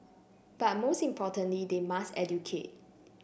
but most importantly they must educate